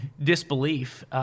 disbelief